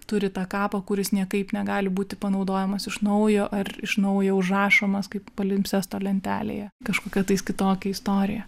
turi tą kapą kuris niekaip negali būti panaudojamas iš naujo ar iš naujo užrašomas kaip palimpsesto lentelėje kažkokia tai kitokia istorija